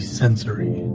sensory